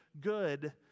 good